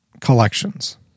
collections